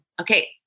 okay